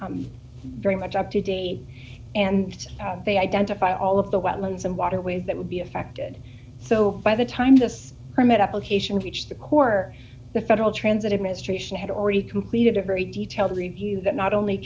were very much up to date and they identified all of the wetlands and waterways that would be affected so by the time this permit application reached the corps the federal transit administration had already completed a very detailed review that not only